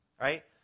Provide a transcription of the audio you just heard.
right